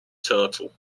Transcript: turtle